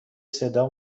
صدا